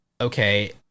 okay